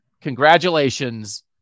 congratulations